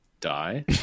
die